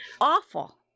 awful